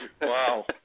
Wow